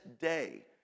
day